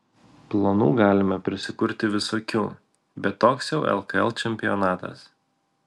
planų galime prisikurti visokių bet toks jau lkl čempionatas